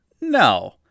No